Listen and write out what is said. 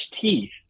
teeth